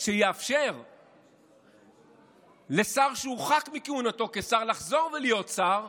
שיאפשר לשר שהורחק מכהונתו כשר לחזור ולהיות שר,